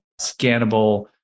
scannable